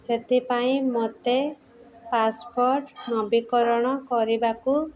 ସେଥିପାଇଁ ମୋତେ ପାସ୍ପୋର୍ଟ ନବୀକରଣ କରିବାକୁ